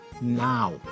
now